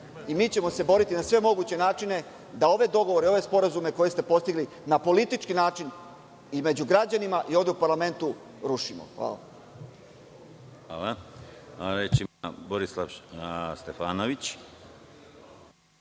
Mi ćemo se boriti na sve moguće načine da ove dogovore i ove sporazume, koje ste postigli na politički način i među građanima i ovde u parlamentu rušimo. Hvala. **Konstantin Arsenović**